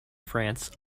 france